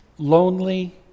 lonely